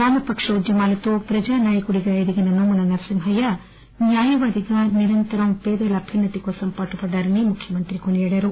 వామపక్ష ఉద్యమాలతో ప్రజా నాయకునిగా ఎదిగిన నోముల నర్పింహయ్య న్యాయవాదిగా నిరంతరం పేదల అభ్యున్నతి కోసం పాటుపడ్డారని ముఖ్యమంత్రి కేసీఆర్ కొనియాడారు